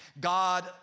God